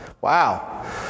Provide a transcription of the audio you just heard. wow